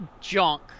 junk